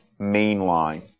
mainline